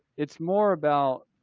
it's more about,